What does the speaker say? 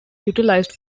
utilised